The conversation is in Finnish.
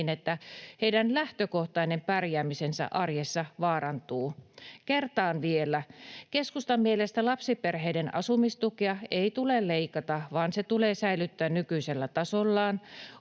että heidän lähtökohtainen pärjäämisensä arjessa vaarantuu. Kertaan vielä: Keskustan mielestä lapsiperheiden asumistukea ei tule leikata, vaan se tulee säilyttää nykyisellä tasollaan.